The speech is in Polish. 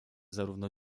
zarówno